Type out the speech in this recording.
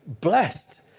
blessed